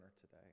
today